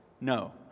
No